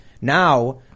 Now